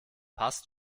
passt